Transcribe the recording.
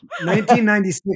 1996